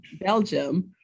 Belgium